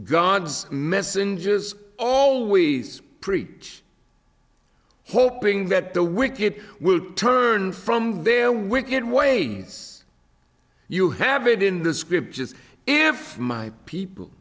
god's messengers always preach hoping that the wicked will turn from their wicked ways you have it in the scriptures if my people